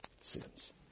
sins